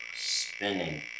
Spinning